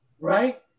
right